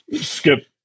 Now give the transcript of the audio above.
Skip –